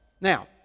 Now